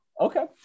Okay